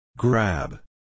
Grab